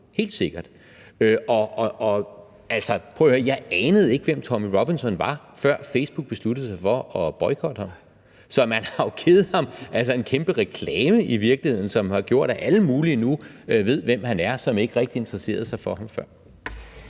at høre: Jeg anede ikke, hvem Tommy Robinson var, før Facebook besluttede sig for at boykotte ham. Så man har jo i virkeligheden givet ham en kæmpe reklame, som har gjort, at alle mulige, der ikke rigtig interesserede sig for ham før,